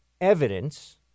evidence